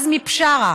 עזמי בשארה,